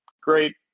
great